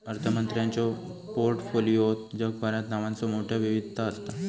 अर्थमंत्र्यांच्यो पोर्टफोलिओत जगभरात नावांचो मोठयो विविधता असता